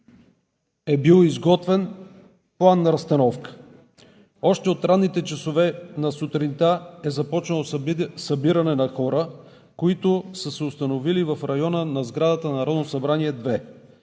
е бил изготвен план на разстановка. Още от ранните часове на сутринта е започнало събиране на хора, които са се установили в района на сградата на Народното събрание –